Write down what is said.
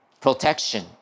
protection